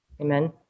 Amen